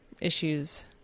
issues